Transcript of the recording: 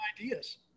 ideas